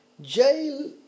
Jail